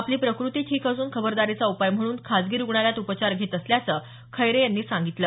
आपली प्रकृती ठीक असून खबरदारीचा उपाय म्हणून खासगी रुग्णालयात उपचार घेत असल्याचं खैरे यांनी सांगितलं